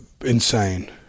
insane